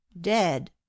dead